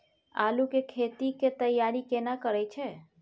आलू के खेती के तैयारी केना करै छै?